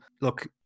Look